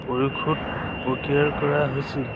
পৰিশোধ প্ৰক্ৰিয়াৰ কৰা হৈছিল